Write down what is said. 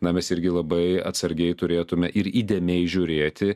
na mes irgi labai atsargiai turėtume ir įdėmiai žiūrėti